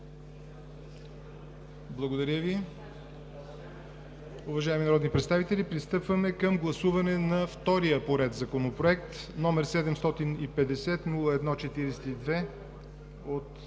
е прието. Уважаеми народни представители, пристъпваме към гласуване на втория по ред Законопроект № 750-01-42 от